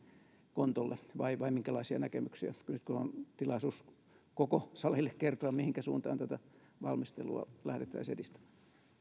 kontolle vai minkälaisia näkemyksiä nyt on tilaisuus koko salille kertoa mihinkä suuntaan tätä valmistelua lähdettäisiin edistämään